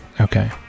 Okay